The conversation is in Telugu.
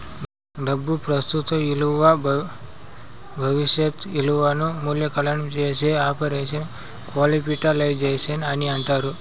డబ్బు ప్రస్తుత ఇలువ భవిష్యత్ ఇలువను మూల్యాంకనం చేసే ఆపరేషన్ క్యాపిటలైజేషన్ అని అంటారు